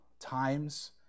Times